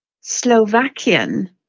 Slovakian